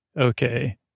Okay